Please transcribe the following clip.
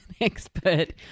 expert